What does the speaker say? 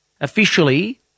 Officially